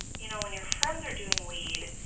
you know, when your friends are doing weed,